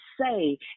say